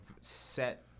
set